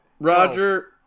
Roger